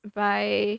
buy